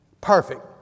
Perfect